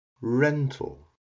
rental